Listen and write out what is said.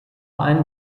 einen